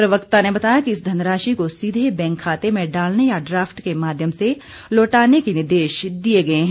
प्रवक्ता ने बताया कि इस धनराशि को सीधे बैंक खाते में डालने या ड्राफ्ट के माध्यम से लौटाने के निर्देश दिए गए हैं